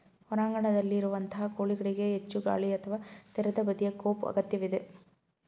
ಹೊರಾಂಗಣದಲ್ಲಿರುವಂತಹ ಕೋಳಿಗಳಿಗೆ ಹೆಚ್ಚು ಗಾಳಿ ಅಥವಾ ತೆರೆದ ಬದಿಯ ಕೋಪ್ ಅಗತ್ಯವಿದೆ